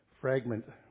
fragment